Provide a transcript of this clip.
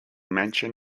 mention